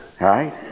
Right